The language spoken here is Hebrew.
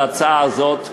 להצעה הזאת,